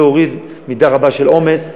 זה הוריד מידה רבה של עומס.